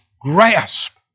grasp